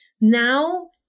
Now